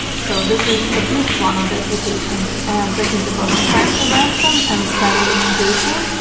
so this is at least one of the applications. and talking about the crime prevention and crime investigation,